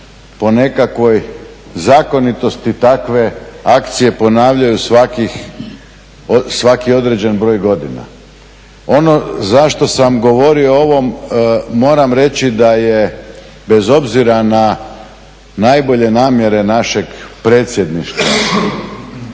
po nekakvoj zakonitosti takve akcije ponavljaju svaki određen broj godina. Ono zašto sam govorio o ovom moram reći da je bez obzira na najbolje namjere našeg Predsjedništva